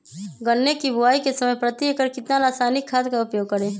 गन्ने की बुवाई के समय प्रति एकड़ कितना रासायनिक खाद का उपयोग करें?